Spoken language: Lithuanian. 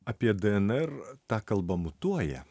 apie dnr ta kalba mutuoja